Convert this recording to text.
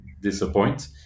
disappoint